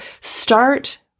start